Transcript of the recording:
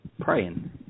praying